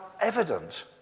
evident